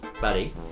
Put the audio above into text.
Buddy